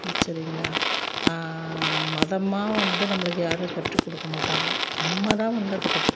சரிங்களா மதமாக வந்து நம்மளுக்கு யாரும் கற்றுக் கொடுக்க மாட்டாங்க நம்ம தான் வந்து அதை கற்றுக்கணும்